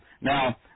Now